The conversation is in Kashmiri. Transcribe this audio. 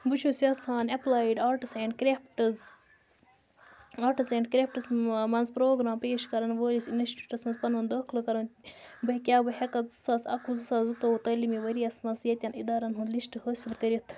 بہٕ چھُس یژھان applied arts and crafts arts and crafts مَنٛز پروگرام پیش کرن وٲلِس انسٹِٹیوٗٹس مَنٛز پنُن داخلہٕ کرُن کیا بہٕ ہیٚکا زٕ ساس اَکوُہ زٕ ساس زٕتووُہ تعلیٖمی ؤرۍ یَس مَنٛز ییٚتٮ۪ن اِدارن ہُنٛد لشٹ حٲصِل کٔرِتھ؟